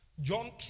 John